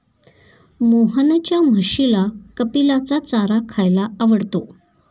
मोहनच्या म्हशीला कपिलाचा चारा खायला आवडतो